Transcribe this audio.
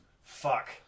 Fuck